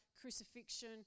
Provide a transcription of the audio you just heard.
crucifixion